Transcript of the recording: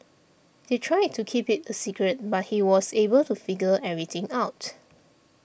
they tried to keep it a secret but he was able to figure everything out